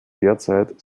derzeit